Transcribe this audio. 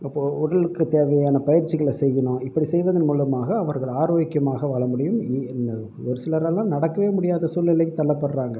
அப்போது உடலுக்கு தேவையான பயிற்சிகளை செய்யணும் இப்படி செய்வதன் மூலமாக அவர்கள் ஆரோக்கியமாக வாழ முடியும் ஒரு சிலரால் நடக்கவே முடியாத சூழ்நிலைக்கு தள்ளப்படுறாங்க